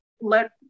let